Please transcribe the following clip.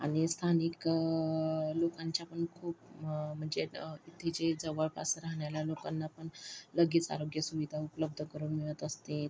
आणि स्थानिक लोकांच्या पण खूप म्हणजे की जे जवळपास राहणाऱ्या लोकांना पण लगेच आरोग्य सुविधा उपलब्ध करून मिळत असते